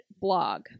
blog